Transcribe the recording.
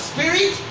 Spirit